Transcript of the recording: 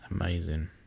amazing